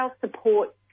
support